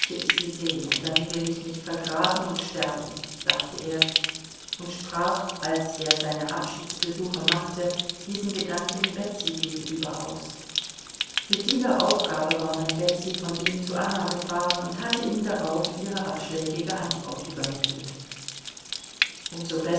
ich sie sehen und dann will ich mich vergraben und sterben dachte er und sprach als er seine abschiedsbesuche machte diesen gedanken betsy gegenüber aus mit dieser aufgabe war dann betsy von ihm zu anna gefahren und hatte ihm darauf ihre abschlägige antwort übermittelt um